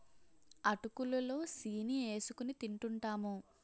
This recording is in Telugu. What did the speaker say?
అటుకులు లో సీని ఏసుకొని తింటూంటాము